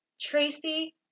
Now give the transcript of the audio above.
Tracy